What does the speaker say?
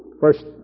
first